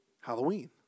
Halloween